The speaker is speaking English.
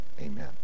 amen